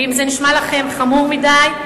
ואם זה נשמע לכם חמור מדי,